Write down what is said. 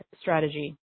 strategy